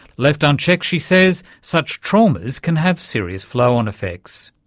left unchecked, she says, such traumas can have serious flow-on effects.